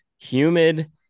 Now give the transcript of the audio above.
humid